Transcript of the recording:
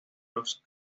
los